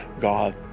God